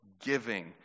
giving